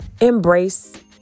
embrace